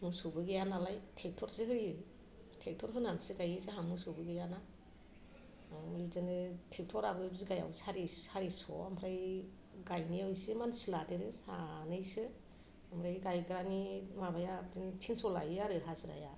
मोसौबो गैया नालाय ट्रेक्टर सो होयो ट्रेक्टर होनानैसो गायो जोंहा मोसौबो गैयाना आरो बिदिनो ट्रेक्टराबो बिघायाव सारि सारिस' ओमफ्राय गायनायाव इसे मानसि लादेरो सानैसो ओमफ्राय गायग्रानि माबाया थिनस' लायो आरो हाजिराया